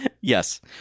Yes